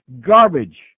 Garbage